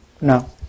No